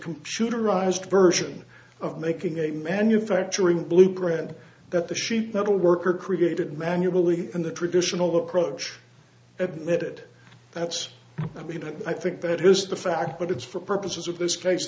computerized version of making a manufacturing blueprint that the sheet metal worker created manually and the traditional approach at that that's i think that is the fact but it's for purposes of this case